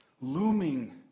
looming